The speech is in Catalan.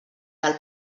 del